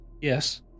Yes